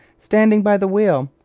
standing by the wheel,